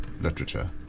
literature